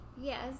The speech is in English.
Yes